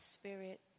spirit